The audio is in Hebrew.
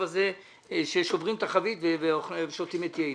הזה ששוברים את החבית ושותים את יינה.